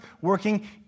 working